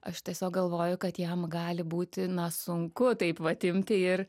aš tiesiog galvoju kad jam gali būti na sunku taip vat imti ir